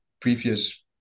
previous